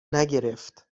نگرفت